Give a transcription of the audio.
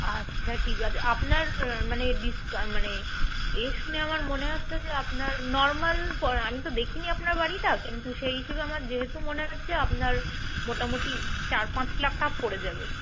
আচ্ছা ঠিক আছে আপনার মানে ডিসক মানে এ শুনে আমার মনে হচ্ছে যে আপনার নর্মাল আমি তো দেখি নি আপনার বাড়িটা কিন্তু সেই হিসেবে আমার যেহেতু মনে হচ্ছে আপনার মোটামুটি চার পাঁচ লাখ টাকা পড়ে যাবে